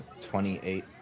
28